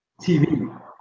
TV